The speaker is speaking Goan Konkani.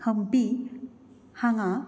हंपी हांगा